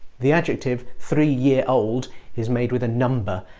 the adjective three-year-old is made with a number,